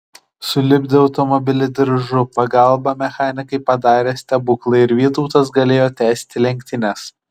sulipdę automobilį diržų pagalbą mechanikai padarė stebuklą ir vytautas galėjo tęsti lenktynes